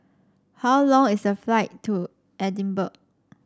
how long is the flight to Edinburgh